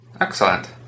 Excellent